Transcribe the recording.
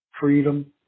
Freedom